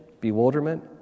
bewilderment